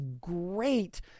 great